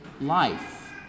life